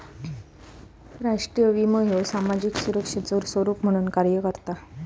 राष्ट्रीय विमो ह्यो सामाजिक सुरक्षेचो स्वरूप म्हणून कार्य करता